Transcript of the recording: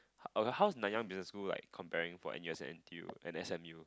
how's Nanyang Business School like comparing for N_U_S and N_T_U and S_M_U